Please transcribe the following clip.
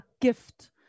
gift